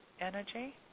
energy